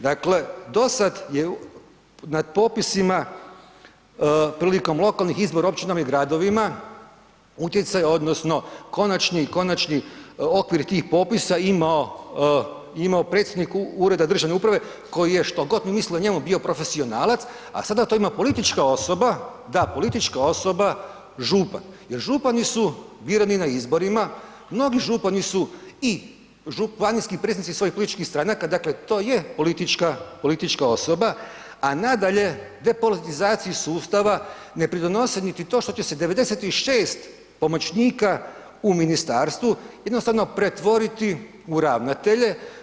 Dakle dosad je nad popisima prilikom lokalnih izbora u općinama i gradovima utjecaj odnosno konačni, konačni okvir tih popisa imao predstojnik ureda državne uprave koji je što god mi mislili o njemu bio profesionalac, a sada to ima politička osoba, da politička osoba župan jer župani su birani na izborima, mnogi župani su i županijski predstavnici svojih političkih stranaka, dakle to je politička osoba, a nadalje, depolitizaciji sustava ne pridonosi ni to što će se 96 pomoćnika u ministarstvu jednostavno pretvoriti u ravnatelje.